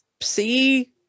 see